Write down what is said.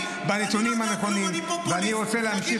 לא אני, אני לא יודע כלום, אני פופוליסט.